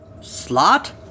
Slot